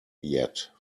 yet